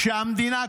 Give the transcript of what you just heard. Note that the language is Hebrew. כשהמדינה קוראת,